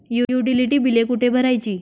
Utility बिले कुठे भरायची?